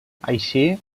així